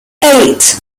eight